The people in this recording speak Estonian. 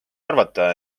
arvata